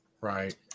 Right